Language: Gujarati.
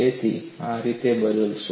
તે આ રીતે બદલાશે